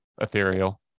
ethereal